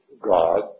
God